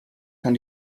kann